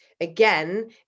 again